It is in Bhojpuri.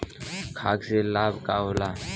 खाद्य से का लाभ होला?